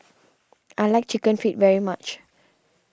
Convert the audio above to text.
I like Chicken Feet very much